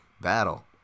Battle